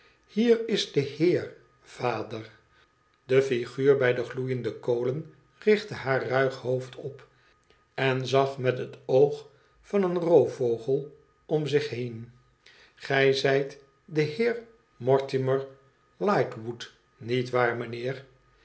hier is de heer vader de fignur bij de gloeiende kolen richtte haar ruig hoofd op en zag met het oog van een roofirogel om zich hem gij zijt de heer mortimer lightwood niet waar mijnheer